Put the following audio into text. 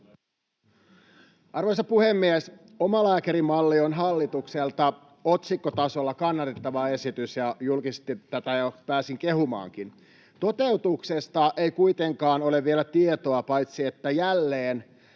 Arvoisa puhemies! Omalääkärimalli on hallitukselta otsikkotasolla kannatettava esitys, ja julkisesti tätä jo pääsin kehumaankin. Toteutuksesta ei kuitenkaan ole vielä tietoa, paitsi että jälleen